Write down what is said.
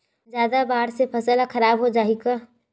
जादा बाढ़ से फसल ह खराब हो जाहि का?